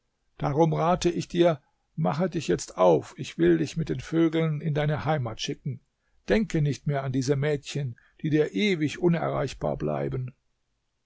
darum rate ich dir mache dich jetzt auf ich will dich mit den vögeln in deine heimat schicken denke nicht mehr an diese mädchen die dir ewig unerreichbar bleiben